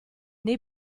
nei